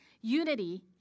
Unity